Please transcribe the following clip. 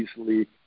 easily